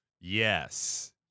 Yes